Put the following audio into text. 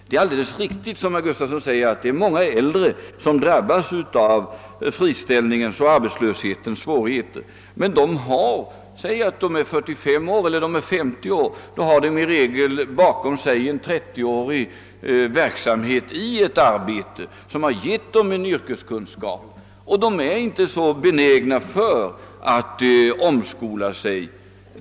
Det är alldeles riktigt som herr Gustavsson säger att det är många äldre som drabbas av friställningens och arbetslöshetens svårigheter. Men om de är 45 år eller 50 år har de bakom sig en 30-årig verksamhet i ett arbete som gett dem en yrkeskunskap och som gör att de inte är så benägna att omskola sig.